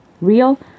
real